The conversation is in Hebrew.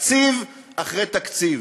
תקציב אחרי תקציב,